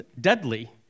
deadly